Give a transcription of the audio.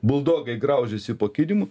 buldogai graužiasi po kilimu